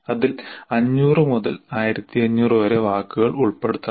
അതിൽ 500 മുതൽ 1500 വരെ വാക്കുകൾ ഉൾപ്പെടുത്തണം